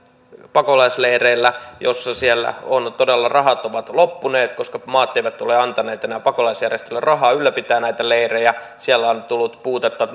pakolaisleireillä missä siellä ovat todella rahat loppuneet koska maat eivät ole antaneet enää pakolaisjärjestöille rahaa ylläpitää näitä leirejä on tullut puutetta